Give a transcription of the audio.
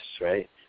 right